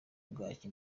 bwaki